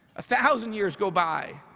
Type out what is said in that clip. a thousand years go by,